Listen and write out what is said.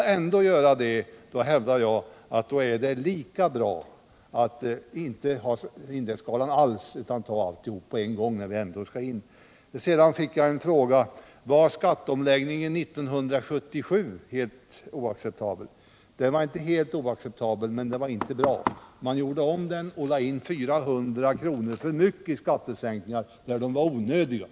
Jämfört med det är det lika bra att inte alls ha indexreglerade skalor. Jag fick också frågan om skatteomläggningen 1977 var helt oacceptabel. Den var inte helt oacceptabel, men den var inte bra. Man lade in 400 kr. för mycket i skattesänkningar, något som var onödigt.